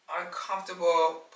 uncomfortable